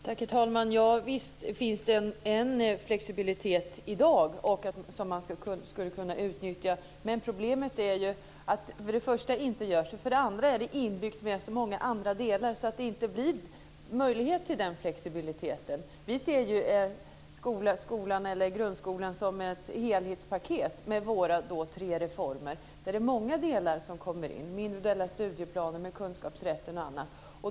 Herr talman! Visst finns det en flexibilitet i dag som man skulle kunna utnyttja. Problemet är för det första att detta inte görs. För det andra är det inbyggt med så många andra delar. Det blir ingen möjlighet till flexibilitet. Vi ser ju grundskolan som ett helhetspaket med våra tre reformer. Det är många delar som kommer in, de individuella studieplanerna, kunskapsrätten och annat.